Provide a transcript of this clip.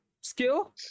skill